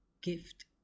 gift